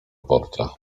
porta